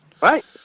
Right